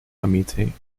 committee